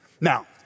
Now